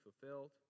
fulfilled